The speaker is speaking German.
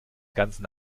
ganzen